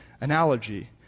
analogy